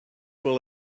will